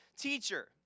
teacher